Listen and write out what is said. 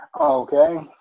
okay